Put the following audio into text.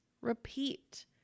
repeat